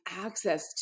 access